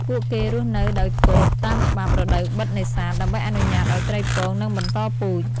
ពួកគេរស់នៅដោយគោរពតាមច្បាប់ រដូវបិទនេសាទ ដើម្បីអនុញ្ញាតឱ្យត្រីពងនិងបន្តពូជ។